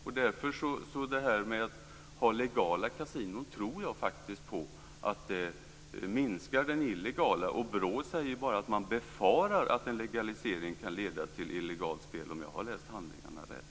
Jag tror faktiskt att legala kasinon minskar den illegala spelverksamheten. BRÅ säger bara att man befarar att legalisering kan leda till illegalt spel, om jag har läst handlingarna rätt.